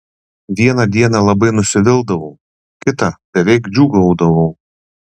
vieną dieną labai nusivildavau kitą beveik džiūgaudavau